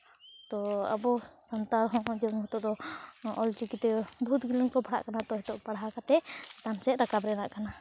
ᱛᱚ ᱟᱵᱚ ᱥᱟᱱᱛᱟᱲ ᱦᱚᱸ ᱡᱮᱢᱚᱱ ᱱᱤᱛᱳᱜ ᱫᱚ ᱚᱞ ᱪᱤᱠᱤᱛᱮ ᱵᱚᱦᱩᱛ ᱜᱤᱞᱟᱹᱱ ᱠᱚ ᱯᱟᱲᱦᱟᱜ ᱠᱟᱱᱟ ᱛᱚ ᱱᱤᱛᱳᱜ ᱯᱟᱲᱦᱟᱣ ᱠᱟᱛᱮᱫ ᱪᱮᱛᱟᱱ ᱥᱮᱫ ᱨᱟᱠᱟᱵ ᱨᱮᱱᱟᱜ ᱠᱟᱱᱟ